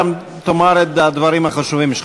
שם תאמר את הדברים החשובים שלך.